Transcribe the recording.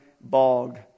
bog